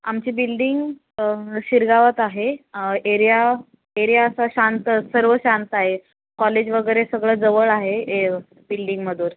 आमची बिल्डिंग शिरगावात आहे एरिया एरिया असा शांत सर्व शांत आहे कॉलेज वगैरे सगळं जवळ आहे हे बिल्डिंगमधून